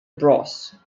bros